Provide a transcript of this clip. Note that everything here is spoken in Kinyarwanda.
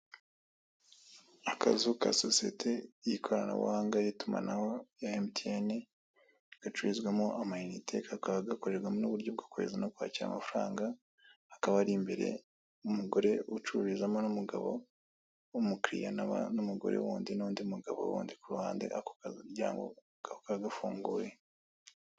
Akazu ka sosiyete y'ikoranabuhanga, y'itumanaho ya emutiyeni gacururizwamo ama inite, kakaba gakorerwamo n'uburyo bwo kohereza no kwakira amafaranga. Hakaba ari imbere y'umugore ucururizamo n'umugabo w'umukiriya n'umugore wundi n'undi mugabo wundi ku ruhande, ako karyango kakaba gafunguye.